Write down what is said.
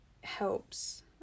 helps